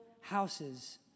houses